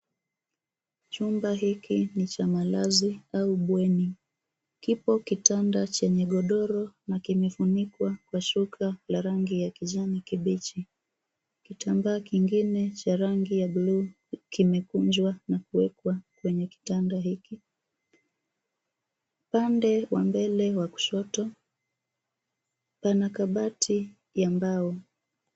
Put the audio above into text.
Chumba hiki ni cha malazi au bweni. Kipo kitanda chenye ghodoro na kimefunikwa kwa shuka ya rangi ya kijani kibichi. Kitamba kingine cha rangi ya blue kimekunjwa na kuwekwa kwenye kitanda hiki. Upande wa mbele wa kushoto pana kabati ya mbao.